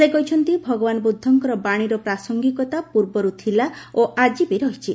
ସେ କହିଛନ୍ତି ଭଗବାନ ବୁଦ୍ଧଙ୍କର ବାଣୀର ପ୍ରାସଙ୍ଗିକତା ପୂର୍ବରୁ ଥିଲା ଓ ଆଜି ବି ରହିଛି